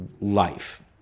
life